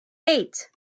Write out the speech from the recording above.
eight